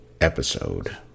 episode